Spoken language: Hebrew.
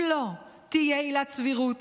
אם לא תהיה עילה סבירות,